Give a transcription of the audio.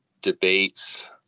debates